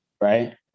right